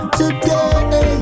today